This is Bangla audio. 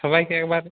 সবাইকে একবার